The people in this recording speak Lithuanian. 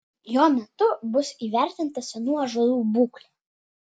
jo metu bus įvertinta senų ąžuolų būklė